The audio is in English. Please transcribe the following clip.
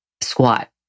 squat